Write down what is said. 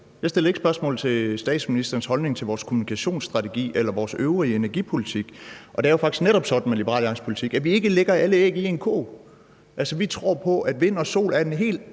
Jeg stillede ikke spørgsmål til statsministerens holdning til vores kommunikationsstrategi eller vores øvrige energipolitik, og det er jo faktisk netop sådan med Liberal Alliances politik, at vi ikke lægger alle æg i én kurv. Altså, vi tror på, at vind og sol er en helt